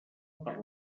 per